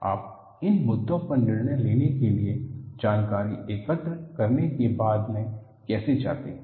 आप इन मुद्दों पर निर्णय लेने के लिए जानकारी एकत्र करने के बारे में कैसे जाते हैं